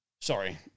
Sorry